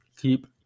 keep